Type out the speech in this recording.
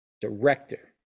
Director